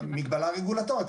מגבלה רגולטורית.